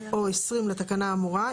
או 20 לתקנה האמורה,